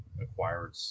acquired